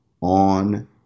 on